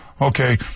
okay